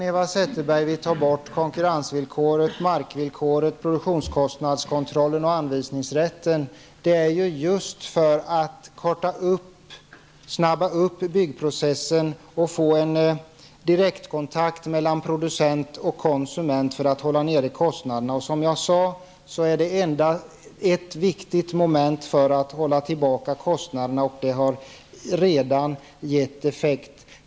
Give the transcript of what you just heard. Eva Zetterberg vill ta bort konkurrensvillkoret, markvillkoret, produktionskostnadskontrollen och anvisningsrätten, men syftet med allt detta är just att snabba upp byggprocessen och få en direktkontakt mellan producent och konsument -- allt för att kostnaderna skall kunna hållas nere. Som jag sade är detta ett viktigt instrument för att hålla nere kostnaderna, och effekten har redan visat sig.